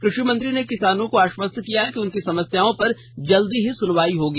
कृषि मंत्री ने किसानों को आश्वस्त किया कि उनकी समस्याओं पर जल्द सुनवाई होगी